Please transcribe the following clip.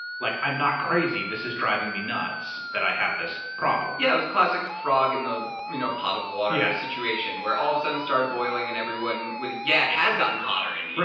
like, i'm not crazy, this is driving me nuts, that i have this problem. yeah, it was a classic frog in the you know pot of water situation. where all of a sudden, it started boiling, and everyone was, yeah, it has gotten hotter in here.